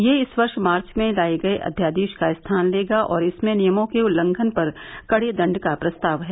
यह इस वर्ष मार्च में लाए गये अध्यादेश का स्थान लेगा और इसमें नियमों के उल्लंघन पर कड़े दंड का प्रस्ताव है